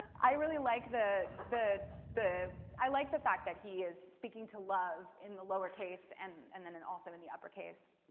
i really like the the i like the fact that he is speaking to love in the lowercase and and then then also in the uppercase.